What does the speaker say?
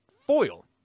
foil